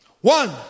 one